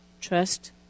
Trust